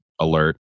alert